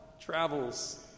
travels